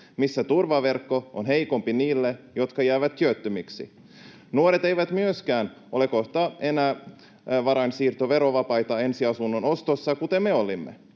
missä turvaverkko on heikompi niille, jotka jäävät työttömiksi. Nuoret eivät myöskään ole kohta enää varainsiirtoverovapaita ensiasunnon ostossa, kuten me olimme.